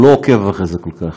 הוא לא עוקב אחרי זה כל כך,